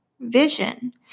vision